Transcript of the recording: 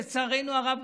לצערנו הרב,